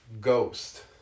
Ghost